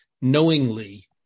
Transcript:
knowingly